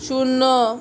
শূন্য